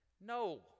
no